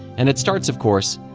and it starts, of course.